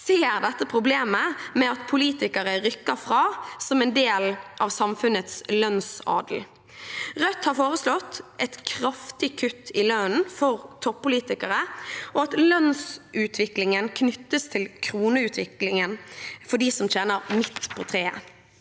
ser problemet med at politikere rykker fra som en del av samfunnets lønnsadel. Rødt har foreslått et kraftig kutt i lønnen for toppolitikere, og at lønnsutviklingen knyttes til kroneutviklingen for dem som tjener midt på treet.